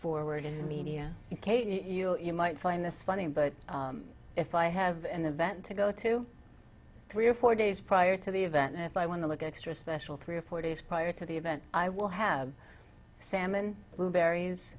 forward in media in case you might find this funny but if i have an event to go to three or four days prior to the event if i want to look extra special three or four days prior to the event i will have salmon blueberries